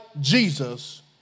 Jesus